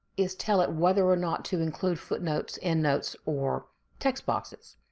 is tell it whether or not to include footnotes, endnotes, or text boxes,